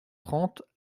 trente